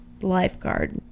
lifeguard